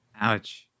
Ouch